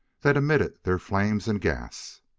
that emitted their flame and gas.